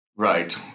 Right